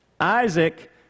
Isaac